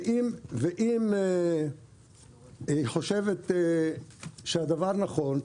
אם היא חושבת שהדבר נכון,